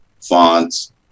fonts